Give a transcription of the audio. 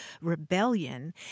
rebellion